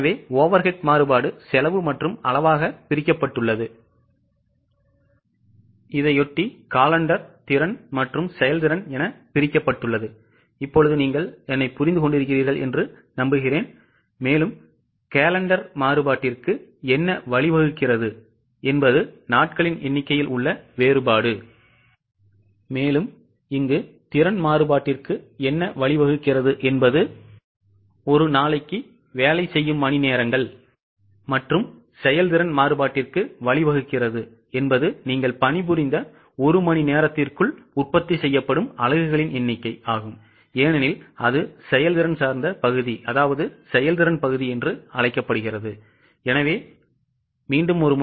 எனவே overhead மாறுபாடு செலவு மற்றும் அளவாகப் பிரிக்கப்பட்டுள்ளது இதையொட்டி காலண்டர் திறன் மற்றும் செயல்திறன் என பிரிக்கப்பட்டுள்ளது நீங்கள் என்னைப் புரிந்து கொள்கிறீர்களா